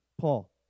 Paul